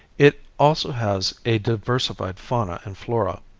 it also has a diversified fauna and flora.